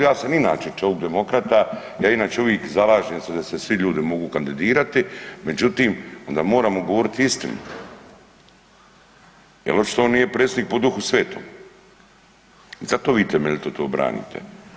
Ja sam inače čovik demokrata, ja inače uvik zalažem se da se svi ljudi mogu kandidirati, međutim onda moramo govoriti istinu jel očito on nije predsjednik po Duhu svetom, zato vi to temeljito to branite.